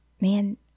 man